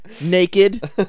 naked